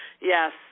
Yes